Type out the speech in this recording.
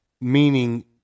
Meaning